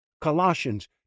Colossians